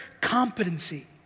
competency